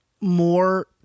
more